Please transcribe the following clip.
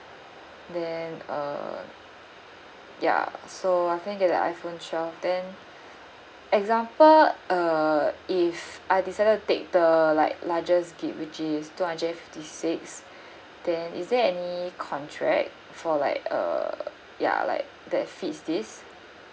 then uh ya so I think that I'll get iphone twelve then example err if I decided to take the like largest G_B which is two hundred and fifty six then is there any contract for like uh ya like that fits this